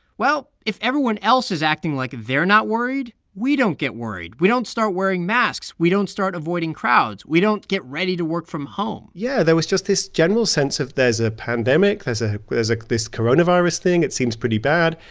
well, if everyone else is acting like they're not worried, we don't get worried. we don't start wearing masks. we don't start avoiding crowds. we don't get ready to work from home yeah, there was just this general sense of there's a pandemic. there's a there's like this coronavirus thing. it seems pretty bad.